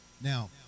Now